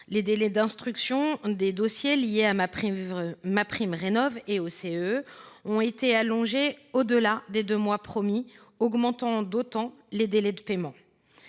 Les délais d’instruction des dossiers liés à MaPrimeRénov’ et aux C2E ont été allongés au delà des deux mois promis, augmentant d’autant les délais de paiement.